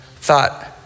thought